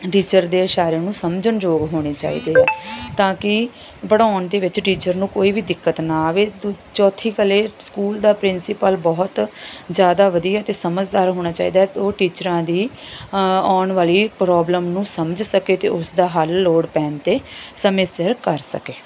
teacher ਦੇ ਇਸ਼ਾਰੇ ਨੂੰ ਸਮਝਣ ਯੋਗ ਹੋਣੇ ਚਾਹੀਦੇ ਹੈ ਤਾਂ ਕਿ ਪੜ੍ਹਾਉਣ ਦੇ ਵਿੱਚ ਟੀਚਰ ਨੂੰ ਕੋਈ ਵੀ ਦਿੱਕਤ ਨਾ ਆਵੇ ਦੂਜੀ ਚੌਥੀ ਗੱਲ ਇਹ ਸਕੂਲ ਦਾ ਪ੍ਰਿੰਸੀਪਲ ਬਹੁਤ ਜ਼ਿਆਦਾ ਵਧੀਆ ਅਤੇ ਸਮਝਦਾਰ ਹੋਣਾ ਚਾਹੀਦਾ ਹੈ ਉਹ ਟੀਚਰਾਂ ਦੀ ਅ ਆਉਣ ਵਾਲੀ ਪ੍ਰੋਬਲਮ ਨੂੰ ਸਮਝ ਸਕੇ ਅਤੇ ਉਸਦਾ ਹੱਲ ਲੋੜ ਪੈਣ 'ਤੇ ਸਮੇਂ ਸਿਰ ਕਰ ਸਕੇ